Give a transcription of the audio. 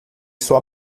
sua